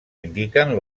indiquen